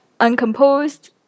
uncomposed